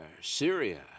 Syria